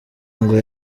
ngo